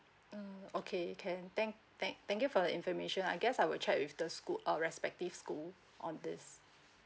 mm okay can thank thank thank you for the information I guess I will check with the school uh respective school on this